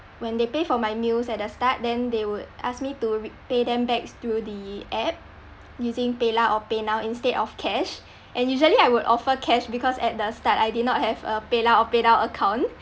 when they pay for my meals at the start then they would ask me to re~ pay them back through the app using paylah or paynow instead of cash and usually I would offer cash because at the start I did not have a paylah or paynow account